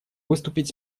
выступить